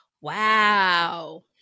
wow